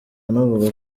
anavuga